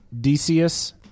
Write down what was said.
Decius